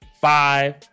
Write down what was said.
five